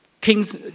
kings